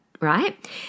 right